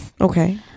Okay